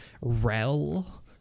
Rel